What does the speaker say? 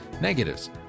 Negatives